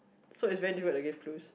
so it's very difficult to give clues